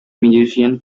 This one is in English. musician